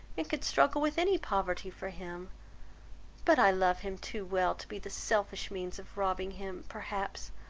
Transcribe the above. and could struggle with any poverty for him but i love him too well to be the selfish means of robbing him, perhaps,